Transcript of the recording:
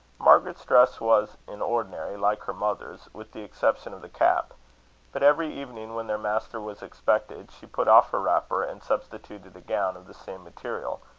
margaret's dress was, in ordinary, like her mother's, with the exception of the cap but, every evening, when their master was expected, she put off her wrapper, and substituted a gown of the same material,